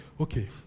Okay